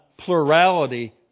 plurality